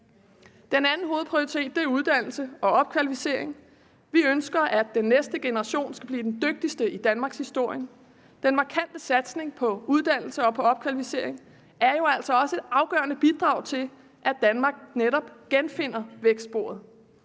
Den anden hovedprioritet er uddannelse og opkvalificering. Vi ønsker, at den næste generation skal blive den dygtigste i danmarkshistorien. Den markante satsning på uddannelse og opkvalificering er jo altså også et afgørende bidrag til, at Danmark netop genfinder vækstsporet.